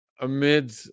amid